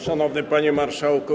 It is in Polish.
Szanowny Panie Marszałku!